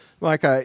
Mike